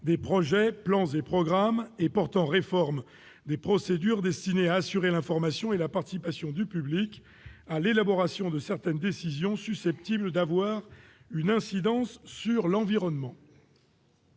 des projets, plans et programmes et n° 2016-1060 du 3 août 2016 portant réforme des procédures destinées à assurer l'information et la participation du public à l'élaboration de certaines décisions susceptibles d'avoir une incidence sur l'environnement.